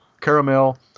caramel